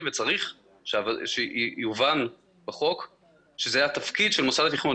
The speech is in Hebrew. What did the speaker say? וצריך שיובן בחוק שזה התפקיד של מוסד התכנון.